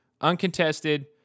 uncontested